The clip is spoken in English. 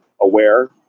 aware